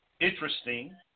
interesting